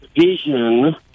vision